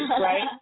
right